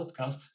podcast